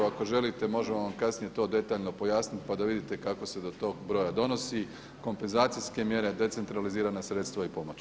Ako želite možemo vam kasnije to detaljno pojasniti, pa da vidite kako se do toga broja donosi – kompenzacijske mjere, decentralizirana sredstva i pomoći.